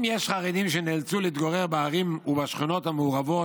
אם יש חרדים שנאלצו להתגורר בערים ובשכונות מעורבות,